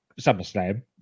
SummerSlam